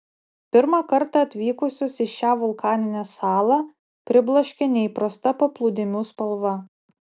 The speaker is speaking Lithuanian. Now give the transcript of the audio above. pirmą kartą atvykusius į šią vulkaninę salą pribloškia neįprasta paplūdimių spalva